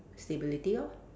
stability lor